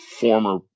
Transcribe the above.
former